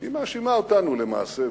היא מאשימה אותנו למעשה